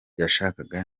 yashakaga